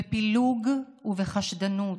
בפילוג ובחשדנות.